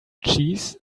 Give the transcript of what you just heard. cheese